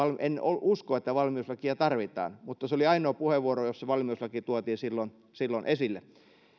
en usko että valmiuslakia tarvitaan mutta se oli ainoa puheenvuoro jossa valmiuslaki tuotiin silloin silloin esille